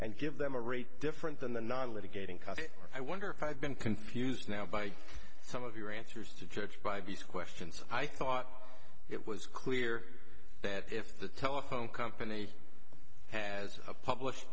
and give them a rate different than the non litigating cost i wonder if i've been confused now by some of your answers to church by b c question so i thought it was clear that if the telephone company has a published